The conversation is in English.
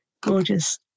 gorgeous